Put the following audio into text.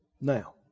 Now